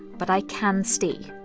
but i can stay.